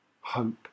Hope